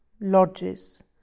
lodges